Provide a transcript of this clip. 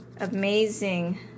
amazing